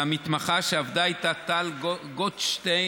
והמתמחה שעבדה איתה טל גודשטיין.